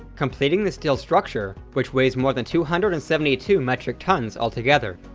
completing the steel structure which weighs more than two hundred and seventy two metric tonnes all together.